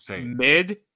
mid